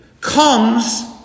comes